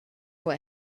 what